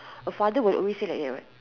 a father would always say like that what